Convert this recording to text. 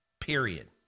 period